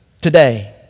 today